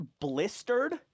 blistered